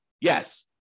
Yes